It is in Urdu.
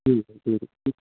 ٹھیک ہے ٹھیک ہے